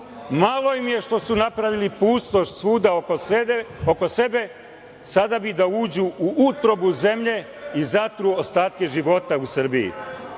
im je što su napravili pustoš svuda oko sebe, sada bi da uđu u utrobu zemlje i zatru ostatke života u Srbiji.